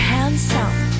Handsome